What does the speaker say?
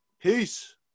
peace